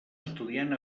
estudiant